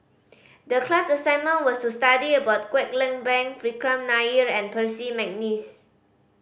the class assignment was to study about Kwek Leng Beng Vikram Nair and Percy McNeice